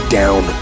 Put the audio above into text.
down